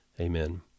Amen